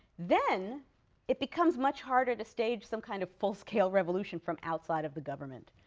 then it becomes much harder to stage some kind of full-scale revolution from outside of the government.